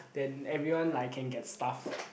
then everyone like can get stuff